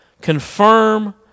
confirm